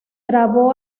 trabó